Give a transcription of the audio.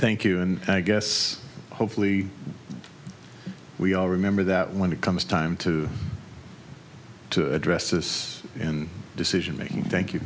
thank you and i guess hopefully we all remember that when it comes time to to address this in decision making thank you